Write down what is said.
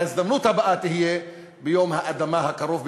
וההזדמנות הבאה תהיה ביום האדמה הקרוב,